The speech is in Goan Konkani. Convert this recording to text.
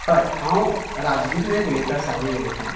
हय हांव राजदीप नायक उलयतां सावय वेरेंच्यान